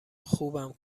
خوبم